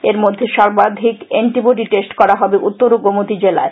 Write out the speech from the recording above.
এরমধ্যে সর্বাধিক antibody test করা হবে উত্তর ও গোমতী জেলায়